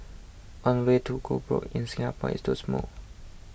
one way to go broke in Singapore is to smoke